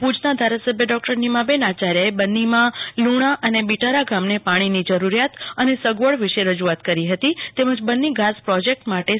ભુજના ધારાસભ્ય ડોનીમાબેન આયાર્યે બન્નીમાં લુણા અને બિટારા ગામને પાણીની જરૂરિયાત અને સગવડ વિશે રજુઆત કરી હતી તેમજ બન્ની ઘાસ પ્રોજેકટ માટે રૂ